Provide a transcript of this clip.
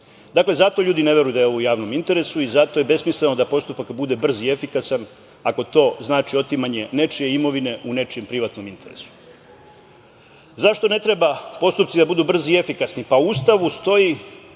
zato ljudi ne veruju da je ovo u javno interesu i zato je besmisleno da postupak bude brz i efikasan, ako to znači otimanje nečije imovine u nečijem privatnom interesu.Zašto ne treba postupci da budu efikasni? U Ustavu stoji